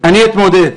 אני אתמודד.